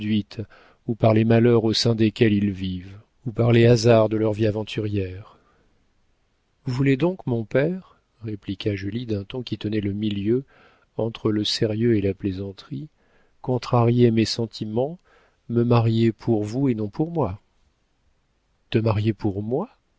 ou par les malheurs au sein desquels ils vivent ou par les hasards de leur vie aventurière vous voulez donc mon père répliqua julie d'un ton qui tenait le milieu entre le sérieux et la plaisanterie contrarier mes sentiments me marier pour vous et non pour moi te marier pour moi